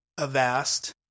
Avast